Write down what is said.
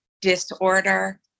disorder